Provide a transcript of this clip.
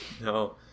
No